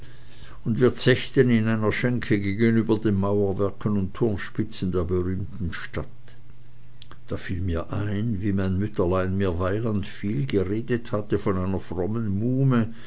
und wir zechten in einer schenke gegegenüber den mauerwerken und turmspitzen der berühmten stadt da fiel mir ein wie mein mütterlein mir weiland viel geredet hatte von einer frommen muhme